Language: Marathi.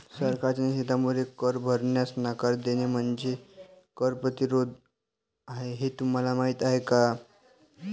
सरकारच्या निषेधामुळे कर भरण्यास नकार देणे म्हणजे कर प्रतिरोध आहे हे तुम्हाला माहीत आहे का